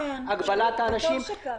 הגבלת האנשים.